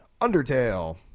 Undertale